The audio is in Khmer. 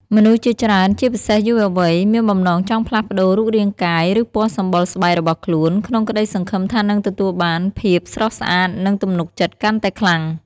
មនុស្សជាច្រើន ជាពិសេសយុវវ័យ មានបំណងចង់ផ្លាស់ប្តូររូបរាងកាយ ឬពណ៌សម្បុរស្បែករបស់ខ្លួន ក្នុងក្តីសង្ឃឹមថានឹងទទួលបានភាពស្រស់ស្អាត និងទំនុកចិត្តកាន់តែខ្លាំង។